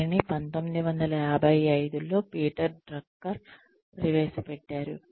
దీనిని 1955 లో Peter Drucker ప్రవేశపెట్టారు